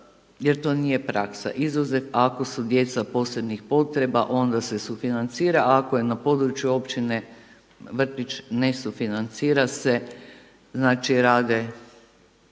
jer to nije praksa, izuzev ako su djeca posebnih potreba onda se sufinancira. Ako je na području općine vrtić ne sufinancira se. Znači, rade